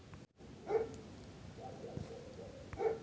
खाद एवं उर्वरक में अंतर?